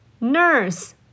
Nurse